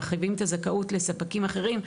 מרחיבים את הזכאות לספקים אחרים,